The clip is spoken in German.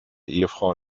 ehefrau